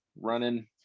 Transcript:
running